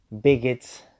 bigots